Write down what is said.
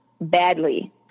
badly